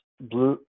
blue